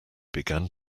began